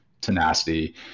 tenacity